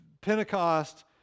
Pentecost